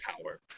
power